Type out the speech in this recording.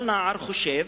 כל נער חושב